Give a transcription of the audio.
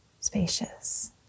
spacious